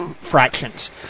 fractions